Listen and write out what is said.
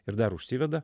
ir dar užsiveda